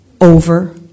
over